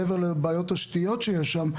מעבר לבעיות תשתיות שיש שם,